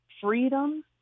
Freedom